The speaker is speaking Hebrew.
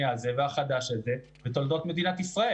הזה והחדש הזה בתולדות מדינת ישראל.